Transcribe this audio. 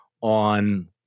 on